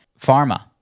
pharma